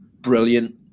brilliant